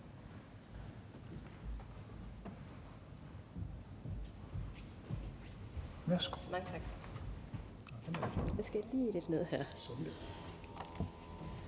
Værsgo.